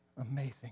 amazing